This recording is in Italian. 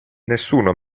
nessuno